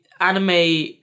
anime